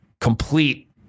complete